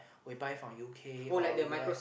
we buy from u_k or u_s